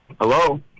Hello